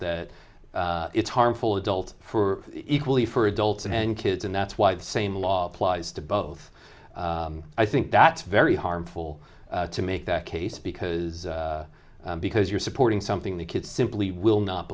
that it's harmful adult for equally for adults and kids and that's why the same law applies to both i think that's very harmful to make that case because because you're supporting something the kids simply will not